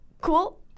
cool